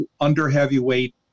under-heavyweight